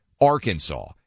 Arkansas